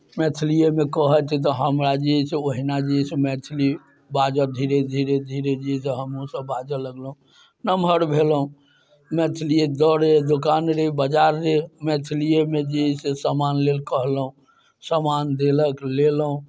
मैथलिएमे कहथि तऽ हमरा जे अइ से ओहिना जे अइ से मैथिली बाजऽ धीरे धीरे धीरे धीरे तऽ हमहूँसभ बाजय लगलहुँ नम्हर भेलहुँ मैथिली दरे दोकान रे बाजार रे मैथलिएमे जे अइ से सामान लेल कहलहुँ सामान देलक लेलहुँ